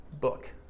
book